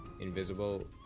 invisible